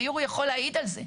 ויורי יכול להעיד על זה.